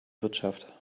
wirtschaft